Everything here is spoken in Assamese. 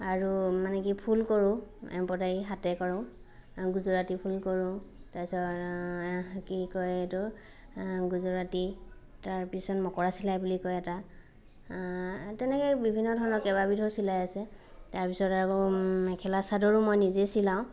আৰু মানে কি ফুল কৰোঁ এম্ব্ৰইদাৰি হাতে কৰোঁ গুজৰাটী ফুল কৰোঁ তাৰপিছত কি কয় এইটো গুজৰাটী তাৰপিছত মকৰা চিলাই বুলি কয় এটা তেনেকৈ বিভিন্ন ধৰণৰ কেইবাবিধো চিলাই আছে তাৰপিছত আকৌ মেখেলা চাদৰো মই নিজে চিলাওঁ